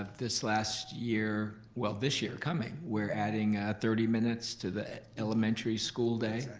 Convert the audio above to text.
ah this last year, well, this year coming we're adding thirty minutes to the elementary school day.